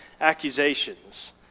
accusations